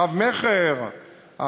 הרב-מכר,